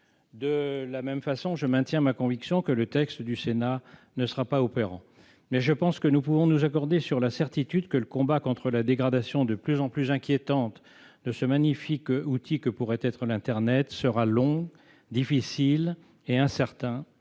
De la même façon, je reste convaincu que le texte du Sénat ne sera pas opérant. Nous pouvons toutefois nous accorder sur la certitude que le combat contre la dégradation de plus en plus inquiétante de ce magnifique outil que pourrait être internet sera long, difficile et incertain.